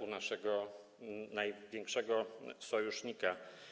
u naszego największego sojusznika.